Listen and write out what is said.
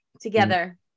together